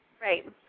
Right